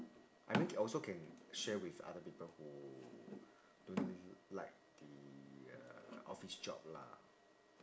I mean ca~ also can share with other people who don't really like the uh office job lah